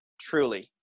Truly